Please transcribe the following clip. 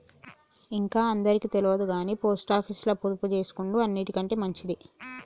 ఇంక అందరికి తెల్వదుగని పోస్టాపీసుల పొదుపుజేసుకునుడు అన్నిటికంటె మంచిది